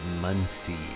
Muncie